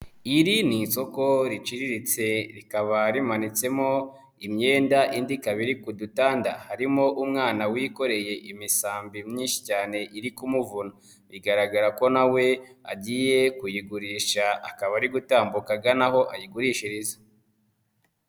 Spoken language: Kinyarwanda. Iri ni isoko riciriritse rikaba rimanitsemo imyenda indi ikaba iri ku dutanda, harimo umwana wikoreye imisambi myinshi cyane iri kumuvuna. bigaragara ko nawe agiye kuyigurisha akaba ari gutambuka agana aho ayigurishiriza.